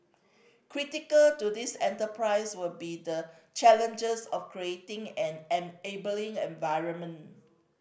critical to this enterprise will be the challenges of creating an enabling environment